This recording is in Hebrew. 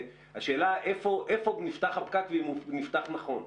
השאלה היא איפה נפתח הפקק ואם הוא נפתח נכון.